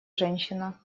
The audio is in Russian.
женщина